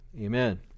amen